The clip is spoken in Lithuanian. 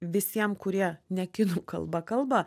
visiem kurie ne kinų kalba kalba